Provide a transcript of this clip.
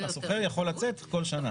והמשכיר יכול לצאת בכל שנה.